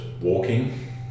walking